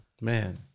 man